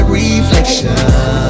reflection